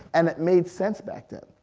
and it made sense back then.